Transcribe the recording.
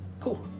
Cool